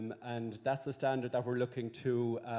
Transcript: and that's a standard that we are looking to